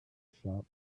shop